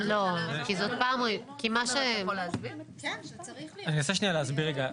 אני אנסה להסביר רגע.